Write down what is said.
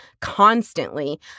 constantly